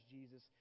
Jesus